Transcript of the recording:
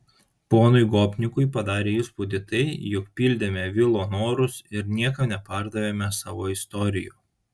ponui gopnikui padarė įspūdį tai jog pildėme vilo norus ir niekam nepardavėme savo istorijų